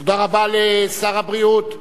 תודה רבה לשר הבריאות.